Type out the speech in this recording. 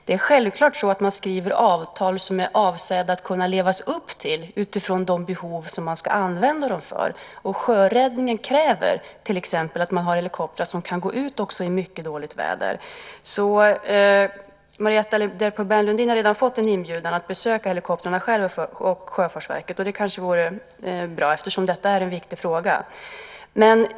Det är självklart så att man skriver avtal som är avsedda att kunna levas upp till utifrån de behov man har, det som de ska användas för. Sjöräddningen kräver till exempel helikoptrar som kan gå ut också i mycket dåligt väder. Marietta de Pourbaix-Lundin har fått en inbjudan att besöka Sjöfartsverket och se helikoptrarna. Det kanske vore bra att göra det eftersom detta är en så viktig fråga.